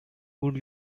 would